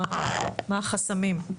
החסמים?